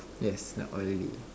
yes not oily